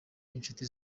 b’inshuti